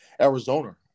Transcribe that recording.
Arizona